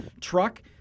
truck